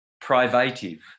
privative